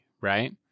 right